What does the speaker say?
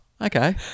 okay